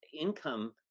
income